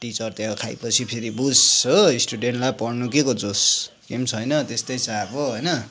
teacher त्यो खाएपछि फेरि भुस् हो स्टुडेन्टलाई पढ्नु केको जोस केही पनि छैन त्यस्तै छ अब होइन